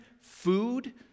food